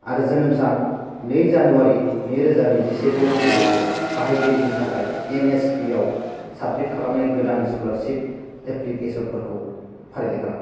आरो जोनोम सान नै जानुवारि नैरोजा नैजिसेजों लोगोसे बाहायगिरिनि थाखाय एनएसपि आव साबमिट खालामनाय गोदान स्क'लारशिप एप्लिकेसनफोरखौ फारिलाइ खालाम